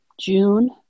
June